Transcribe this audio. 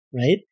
right